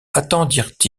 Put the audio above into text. attendirent